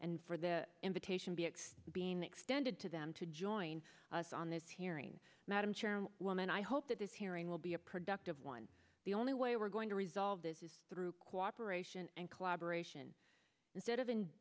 and for the invitation be expelled being extended to them to join us on this hearing madam chair woman i hope that this hearing will be a productive one the only way we're going to resolve this is through cooperation and collaboration instead of